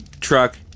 truck